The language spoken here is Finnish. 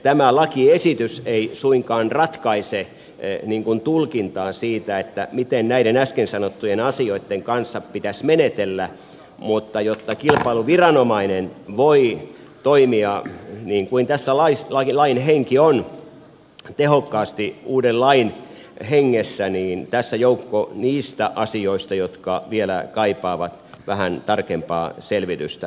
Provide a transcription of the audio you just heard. tämä lakiesitys ei suinkaan ratkaise tulkintaa siitä miten näiden äsken sanottujen asioitten kanssa pitäisi menetellä mutta jotta kilpailuviranomainen voi toimia niin kuin tässä lain henki on tehokkaasti uuden lain hengessä niin tässä joukko niistä asioista jotka vielä kaipaavat vähän tarkempaa selvitystä